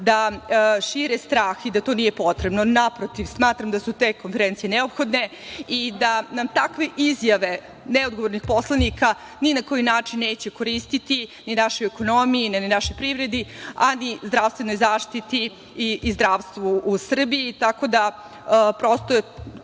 da šire strah i da to nije potrebno. Naprotiv, smatram da su te konferencije neophodne i da nam takve izjave neodgovornih poslanika ni na koji način neće koristiti ni našoj ekonomiji, ni našoj privredi, a ni zdravstvenoj zaštiti i zdravstvu u Srbiji.